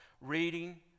reading